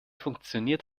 funktioniert